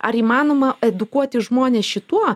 ar įmanoma edukuoti žmones šituo